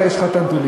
יש לך נתונים,